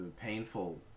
painful